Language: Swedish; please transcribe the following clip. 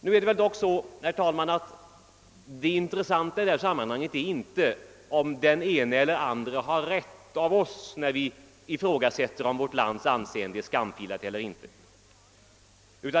Nu är det väl dock så, herr talman, att det intressanta i detta sammanhang inte är om den ene eller den andre av oss har rätt när vi ifrågasätter om vårt lands anseende är skamfilat eller inte.